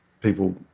people